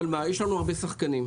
אבל מה, יש לנו הרבה שחקנים,